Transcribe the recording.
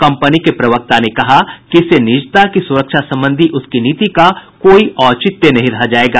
company के प्रवक्ता ने कहा कि इससे निजता की सुरक्षा संबंधी उसकी नीति का कोई औचित्य नहीं रह जायेगा